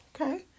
Okay